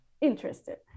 interested